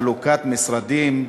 חלוקת משרדים.